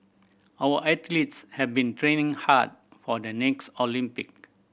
our athletes have been training hard for the next Olympic